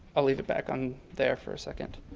i'll leave it back on there for a second,